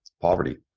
poverty